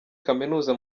kaminuza